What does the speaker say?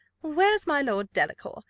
where's my lord delacour?